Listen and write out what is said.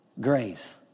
Grace